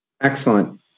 Excellent